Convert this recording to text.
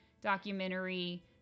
documentary